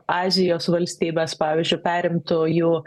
azijos valstybės pavyzdžiui perimtų jų